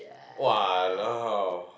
!walao!